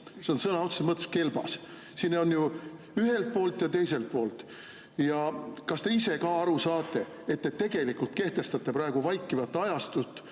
See on sõna otseses mõttes kelbas, siin on ju "ühelt poolt" ja "teiselt poolt". Kas te ise ka aru saate, et te tegelikult kehtestate praegu vaikivat ajastut